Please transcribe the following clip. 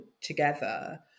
together